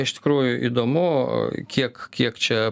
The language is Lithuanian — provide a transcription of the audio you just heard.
iš tikrųjų įdomu kiek kiek čia